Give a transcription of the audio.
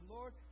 Lord